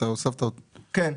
כן.